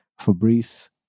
Fabrice